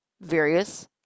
various